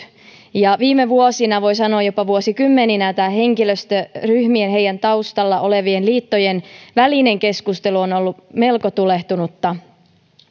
viime vuosina voi sanoa jopa vuosikymmeninä tämä henkilöstöryhmien heidän taustallaan olevien liittojen välinen keskustelu on on ollut melko tulehtunutta